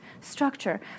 structure